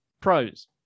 pros